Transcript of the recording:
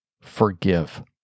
forgive